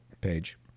page—